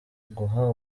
guha